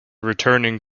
returning